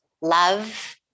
love